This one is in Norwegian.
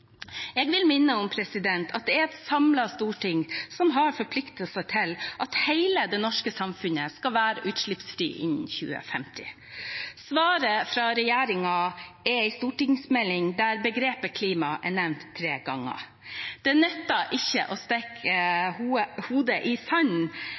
Jeg vil minne om at det er et samlet storting som har forpliktet seg til at hele det norske samfunnet skal være utslippsfritt innen 2050. Svaret fra regjeringen er en stortingsmelding der begrepet klima er nevnt tre ganger. Det nytter ikke å stikke